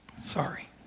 Sorry